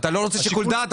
אתה לא רוצה שיקול דעת?